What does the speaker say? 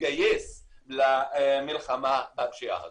להתגייס למלחמה בפשיעה הזו.